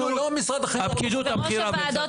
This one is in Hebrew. אנחנו לא חיים בעולם דמיוני.